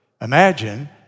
imagine